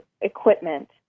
equipment